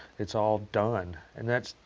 it's all done. and that's,